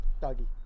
Doggy